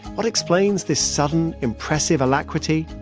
what explains this sudden impressive alacrity?